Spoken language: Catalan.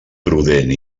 prudent